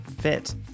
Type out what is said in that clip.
fit